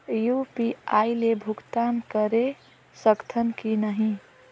UPI ले भुगतान करे सकथन कि नहीं?